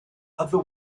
other